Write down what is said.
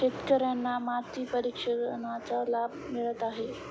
शेतकर्यांना माती परीक्षणाचा लाभ मिळत आहे